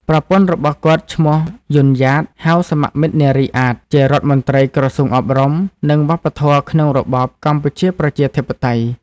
ប្រពន្ធរបស់គាត់ ឈ្មោះ យុន យ៉ាត (ហៅសមមិត្តនារី អាត) ជារដ្ឋមន្ត្រីក្រសួងអប់រំ និងវប្បធម៌ក្នុងរបបកម្ពុជាប្រជាធិបតេយ្យ។